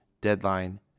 deadline